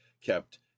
kept